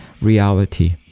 reality